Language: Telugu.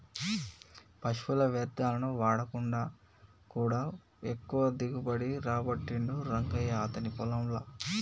పశువుల వ్యర్ధాలను వాడకుండా కూడా ఎక్కువ దిగుబడి రాబట్టిండు రంగయ్య అతని పొలం ల